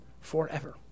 forever